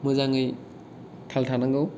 मोजाङै थाल थानांगौ